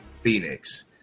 Phoenix